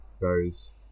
goes